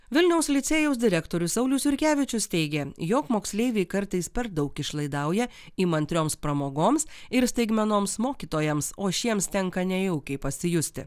vilniaus licėjaus direktorius saulius jurkevičius teigė jog moksleiviai kartais per daug išlaidauja įmantrioms pramogoms ir staigmenoms mokytojams o šiems tenka nejaukiai pasijusti